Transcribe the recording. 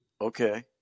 Okay